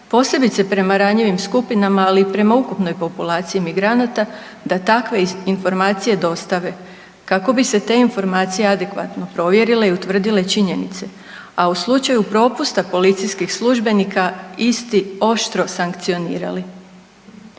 posebice prema ranjivim skupinama, ali i prema ukupnoj populaciji migranata da takve informacije dostave kako bi se te informacije adekvatno provjerile i utvrdile činjenice. A u slučaju propusta policijskih službenika isti oštro sankcionirali.